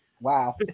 Wow